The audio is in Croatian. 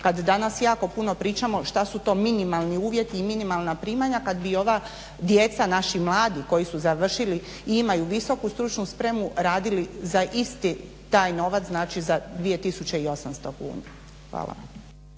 kad danas jako puno pričamo šta su to minimalni uvjeti i minimalna primanja kad bi ova djeca, naši mladi koji su završili i imaju visoku stručnu spremu radili za isti taj novac, znači za 2800 kuna. Hvala.